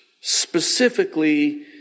specifically